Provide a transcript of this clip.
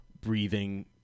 breathing